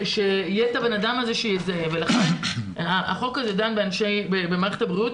שיהיה את הבנאדם הזה שיזהה ולכן החוק הזה דן במערכת הבריאות,